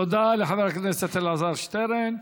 תודה לחבר הכנסת אלעזר שטרן.